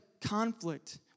conflict